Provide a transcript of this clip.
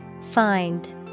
Find